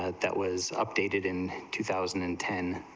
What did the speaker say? that was updated in two thousand and ten